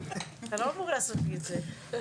אתה לא אמור לעשות לי את זה.